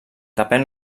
depèn